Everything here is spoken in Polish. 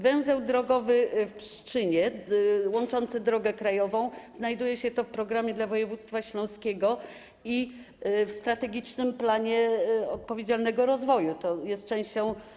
Węzeł drogowy w Pszczynie łączący drogę krajową znajduje się w programie dla województwa śląskiego i w strategicznym planie odpowiedzialnego rozwoju, jest częścią.